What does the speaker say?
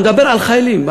אני מדבר על חיילים.